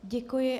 Děkuji.